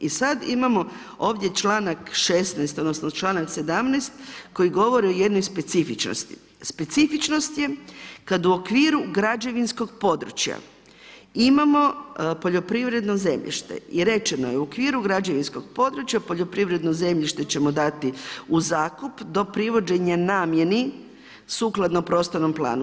I sada imamo ovdje članak 16. odnosno članak 17. koji govori o jednoj specifičnosti, specifičnost je kada u okviru građevinskog područja imamo poljoprivredno zemljište i rečeno je u okviru građevinskog područja poljoprivredno zemljište ćemo dati u zakup do privođenja namjeni sukladno prostornom planu.